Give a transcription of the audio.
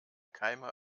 keime